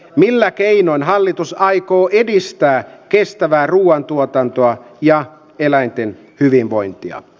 millä keinoin hallitus aikoo edistää kestävää ruuan tuotantoa ja eläinten hyvinvointia